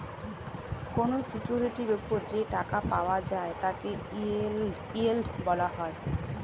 কোন সিকিউরিটির উপর যে টাকা পাওয়া যায় তাকে ইয়েল্ড বলা হয়